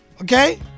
okay